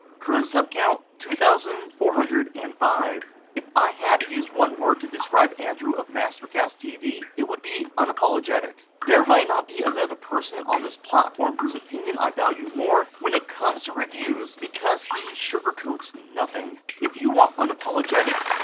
current sub count two thousand four hundred and five if i had to use one word to describe andrew of master-cast tv, it would be unapologetic. there might not be another person on this platform whose opinion i value more when it comes to reviews because he sugarcoats nothing. if you want unapologetic,